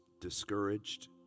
discouraged